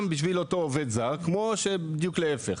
בשביל אותו עובד זר כמו שבדיוק להיפך.